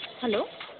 hello